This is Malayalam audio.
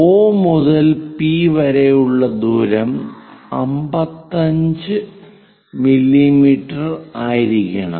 O മുതൽ P വരെയുള്ള ദൂരം 55 മില്ലീമീറ്റർ ആയിരിക്കണം